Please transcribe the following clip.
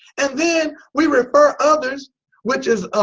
and then, we refer others which is,